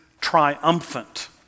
triumphant